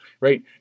right